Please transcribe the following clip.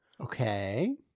Okay